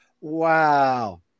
Wow